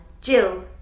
Jill